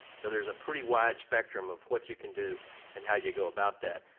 so there's a pretty wide spectrum of what you can do and how you go about that.